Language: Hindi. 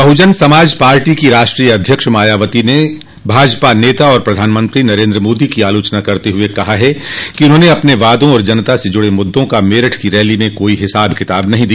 बहुजन समाज पार्टी की राष्ट्रीय अध्यक्ष मायावती ने भाजपा नेता और प्रधानमंत्री नरेन्द्र मोदी की आलोचना करते हुए कहा कि उन्होंने अपने वादों और जनता से जुड़ मुद्दों का मेरठ की रैली में कोई हिसाब किताब नहीं दिया